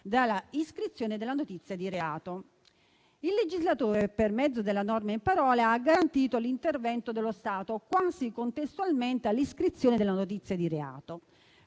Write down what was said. dall'iscrizione della notizia di reato. Il legislatore, per mezzo della norma in parola, ha garantito l'intervento dello Stato quasi contestualmente all'iscrizione della notizia di reato.